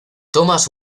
thomas